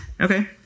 Okay